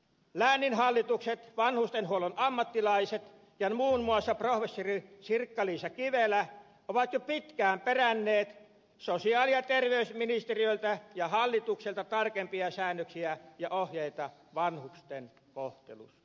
lääninhallitukset vanhustenhuollon ammattilaiset ja muun muassa professori sirkka liisa kivelä ovat jo pitkään peränneet sosiaali ja terveysministeriöltä ja hallitukselta tarkempia säännöksiä ja ohjeita vanhusten kohtelusta